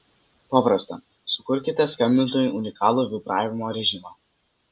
paprasta sukurkite skambintojui unikalų vibravimo režimą